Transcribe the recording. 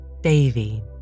Davy